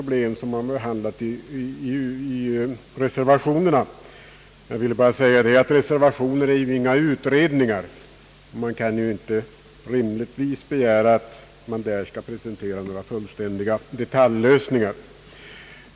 Jag vill bara säga att reservationer är ju inga utredningar. Man kan inte rimligtvis begära att det där skall presenteras några fullständiga detaljlösningar.